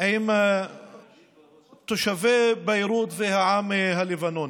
עם תושבי ביירות והעם הלבנוני.